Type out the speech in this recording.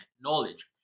knowledge